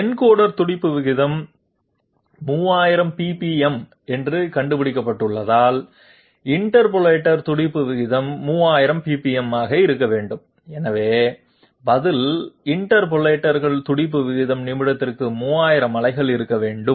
encoder துடிப்பு விகிதம் 3000 ppm என்று கண்டுபிடிக்கப்பட்டுள்ளதால் இன்டர்போலேட்டர் துடிப்பு வீதமும் 3000 ppm ஆக இருக்க வேண்டும் எனவே பதில் இன்டர்போலேட்டர் துடிப்பு வீதம் நிமிடத்திற்கு 3000 அலைகள் இருக்க வேண்டும்